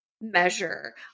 measure